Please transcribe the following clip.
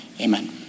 Amen